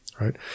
Right